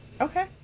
Okay